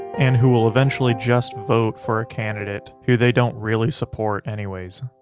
and who will eventually just vote for a candidate who they don't really support anyways.